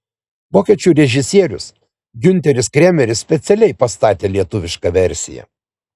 vokiečių režisierius giunteris kremeris specialiai pastatė lietuvišką versiją